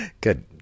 good